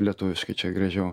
lietuviškai čia gražiau